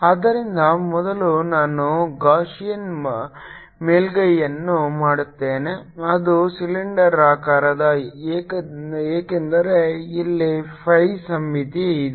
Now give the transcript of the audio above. ಆದ್ದರಿಂದ ಮೊದಲು ನಾನು ಗಾಸಿಯನ್ ಮೇಲ್ಮೈಯನ್ನು ಮಾಡುತ್ತೇನೆ ಅದು ಸಿಲಿಂಡರಾಕಾರದ ಏಕೆಂದರೆ ಇಲ್ಲಿ phi ಸಮ್ಮಿತಿ ಇದೆ